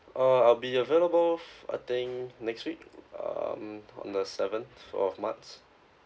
uh I'll be available f~ I think next week um on the seventh of march